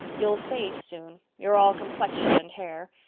you'll fade soon you're all complexion and hair.